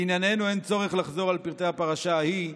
"לענייננו אין צורך לחזור על פרטי הפרשה ההיא.